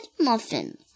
muffin